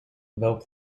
though